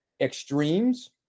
extremes